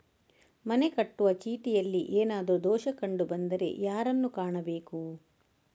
ಮನೆಗೆ ಕಟ್ಟುವ ಚೀಟಿಯಲ್ಲಿ ಏನಾದ್ರು ದೋಷ ಕಂಡು ಬಂದರೆ ಯಾರನ್ನು ಕಾಣಬೇಕು?